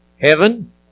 Heaven